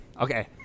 Okay